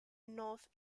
north